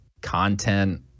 content